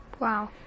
Wow